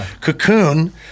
Cocoon